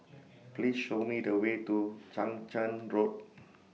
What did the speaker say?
Please Show Me The Way to Chang Charn Road